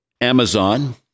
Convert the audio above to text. Amazon